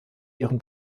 ihren